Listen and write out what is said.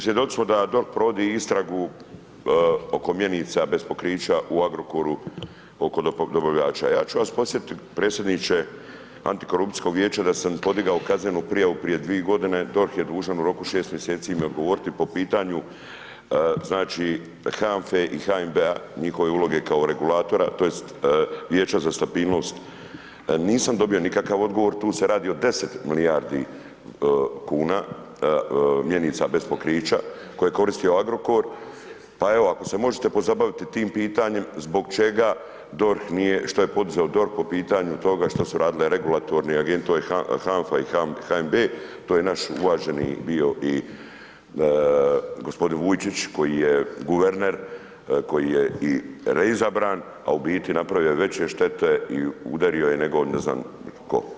Svjedoci smo da DORH provodi istragu oko mjenica bez pokrića u Agrokoru oko dobavljača, ja ću vas podsjetiti predsjedniče antikorupcijskog vijeća da sam podigao kaznenu prijavu prije 2 godine, DORH je dužan u roku 6 mjeseci mi odgovoriti po pitanju, znači HANFE i HNB-a njihove uloge kao regulatora tj. vijeća za stabilnost, nisam dobio nikakav odgovor, tu se radi o 10 milijardi kuna, mjenica bez pokrića koje je koristio Agrokor, pa evo ako se možete pozabaviti tim pitanjem zbog čega DORH nije, što je poduzeo DORH po pitanju toga što su radile regulatorni … [[Govornik se ne razumije]] HANFA i HNB, to je naš uvaženi bio i g. Vujčić koji je guverner, koji je i reizabran, a u biti je napravio veće štete i udario je nego, ne znam tko.